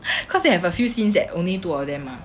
cause they have a few scene that only two of them mah